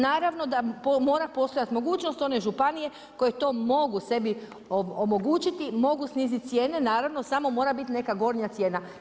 Naravno da mora postojati mogućnost one županije koje to mogu sebi omogućiti, mogu snizit cijene naravno samo mora bit neka gornja cijena.